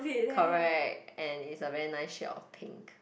correct and it's a very nice shell pink